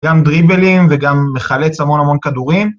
גם דריבלים וגם מחלץ המון המון כדורים.